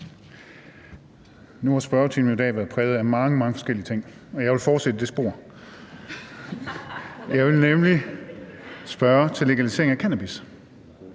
Nu har spørgetimen i dag været præget af mange, mange forskellige ting, og jeg vil fortsætte i det spor. Jeg vil nemlig spørge til legalisering af cannabis.